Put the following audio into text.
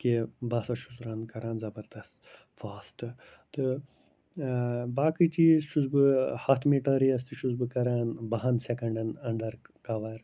کہِ بہٕ ہسا چھُس رَن کَران زَبردَس فاسٹ تہٕ باقٕے چیٖز چھُس بہٕ ہَتھ میٖٹَر ریس تہِ چھُس بہٕ کَران بَہَن سٮ۪کَنڈَن اَنڈَر کَوَر